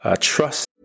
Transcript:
trust